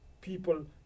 people